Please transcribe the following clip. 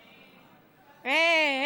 אה.